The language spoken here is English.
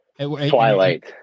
Twilight